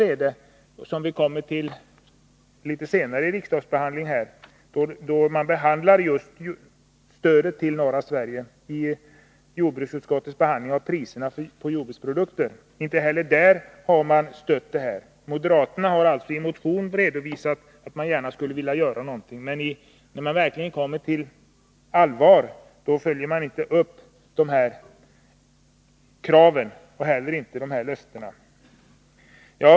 Moderaternai jordbruksutskottet har emellertid inte följt upp det hela. Inte heller har de vid jordbruksutskottets behandling av priserna på jordbruksprodukter — vi kommer till detta längre fram i riksdagsbehandlingen — gett sitt stöd. Moderaterna har alltså i en motion sagt att de gärna skulle vilja göra någonting, men när det blir allvar står de inte fast vid kraven och löftena.